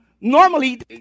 normally